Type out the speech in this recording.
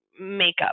makeup